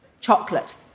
chocolate